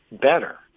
better